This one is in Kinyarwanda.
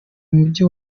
mugi